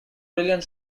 brilliant